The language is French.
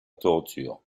torture